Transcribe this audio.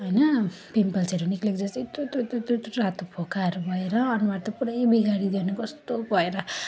होइन पिम्पल्सहरू निस्किएको जस्तो यत्रो यत्रो यत्रो यत्रो रातो फोकाहरू भएर अनुहार त पुरै बिगारिदियो नि कस्तो भएर